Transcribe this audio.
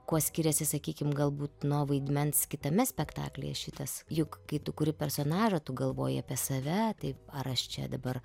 kuo skiriasi sakykim galbūt nuo vaidmens kitame spektaklyje šitas juk kai tu kuri personažą tu galvoji apie save taip ar aš čia dabar